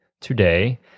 today